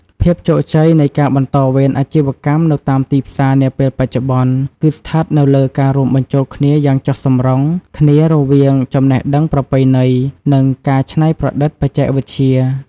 ភាពជោគជ័យនៃការបន្តវេនអាជីវកម្មនៅតាមទីផ្សារនាពេលបច្ចុប្បន្ន គឺស្ថិតនៅលើការរួមបញ្ចូលគ្នាយ៉ាងចុះសម្រុងគ្នារវាងចំណេះដឹងប្រពៃណី និងការច្នៃប្រឌិតបច្ចេកវិទ្យា។